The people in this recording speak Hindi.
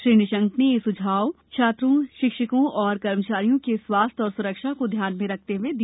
श्री निशंक ने यह सुझाव छात्रों शिक्षकों और कर्मचारियों के स्वास्थ्य और सुरक्षा को ध्यान में रखते हुए दिया